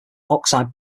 oxide